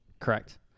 Correct